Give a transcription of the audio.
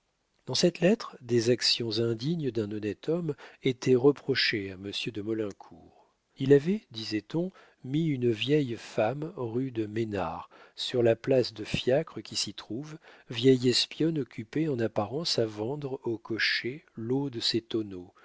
dans cette lettre des actions indignes d'un honnête homme étaient reprochées à monsieur de maulincour il avait disait-on mis une vieille femme rue de ménars sur la place de fiacres qui s'y trouve vieille espionne occupée en apparence à vendre aux cochers l'eau de ses tonneaux